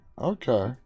okay